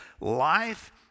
life